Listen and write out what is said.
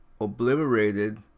obliterated